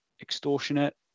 extortionate